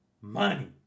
money